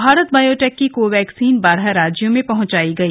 Bharat biotech की कोवैक्सीन बारह राज्यों में पहंचाई गई